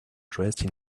dressed